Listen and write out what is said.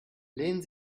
lehnen